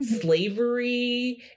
slavery